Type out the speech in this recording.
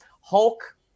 Hulk